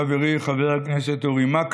חבר הכנסת בגין,